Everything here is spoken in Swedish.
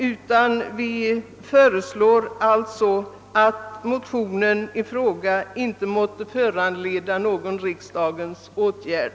Utskottet föreslår därför att motionen i fråga inte måtte föranleda någon riksdagens åtgärd.